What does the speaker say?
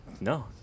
No